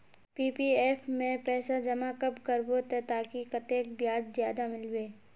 PPF में पैसा जमा कब करबो ते ताकि कतेक ब्याज ज्यादा मिलबे?